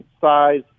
size